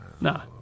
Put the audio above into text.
no